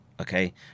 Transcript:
okay